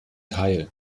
teil